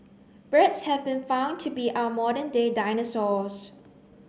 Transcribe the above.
birds have been found to be our modern day dinosaurs